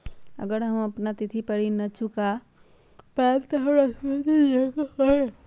अगर हम अपना तिथि पर ऋण न चुका पायेबे त हमरा सूद भी देबे के परि?